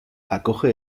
acoge